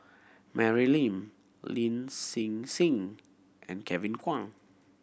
Mary Lim Lin Hsin Hsin and Kevin Kwan